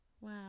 Wow